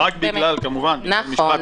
ברור, כמובן, רק בגלל משפט אחד.